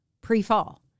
pre-fall